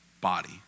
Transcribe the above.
body